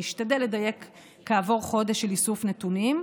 נשתדל לדייק כעבור חודש של איסוף נתונים.